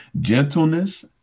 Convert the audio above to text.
gentleness